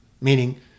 Meaning